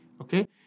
okay